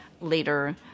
later